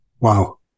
Wow